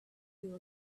you